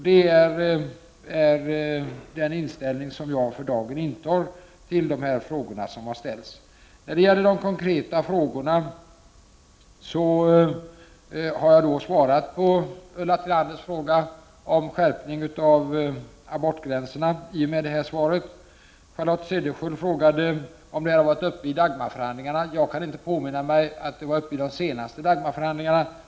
Det är den inställning som jag för dagen har i de frågor som här har tagits upp. När det gäller de konkreta frågorna vill jag bara framhålla att jag i och med det här interpellationssvaret har svarat på Ulla Tillanders fråga om en skärpning av abortgränserna. Charlotte Cederschiöld undrade om denna fråga hade tagits upp i Dagmarförhandlingarna. Jag kan inte påminna mig att den togs upp i de senaste Dagmarförhandlingarna.